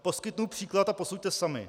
Poskytnu příklad a posuďte sami.